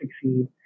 succeed